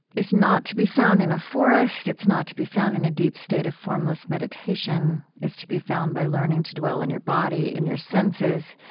is not to be found in a forest it's not to be found in a deep state of formless meditation it's to be found by learning to dwell in your body, in your senses.